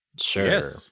Sure